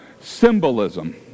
symbolism